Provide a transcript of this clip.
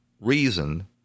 reason